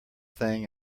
thing